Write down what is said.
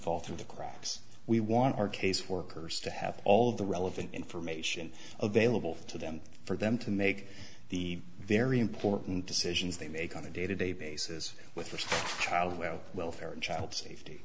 fall through the cracks we want our caseworkers to have all of the relevant information available to them for them to make the very important decisions they make on a day to day basis with respect to how well welfare and child safety